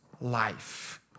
life